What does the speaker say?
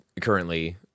currently